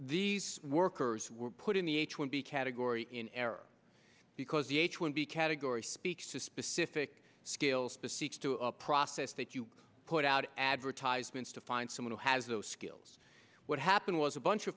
these workers were put in the h one b category in error because the h one b category speaks to specific skills specific to a process that you put out advertisements to find someone who has those skills what happened was a bunch of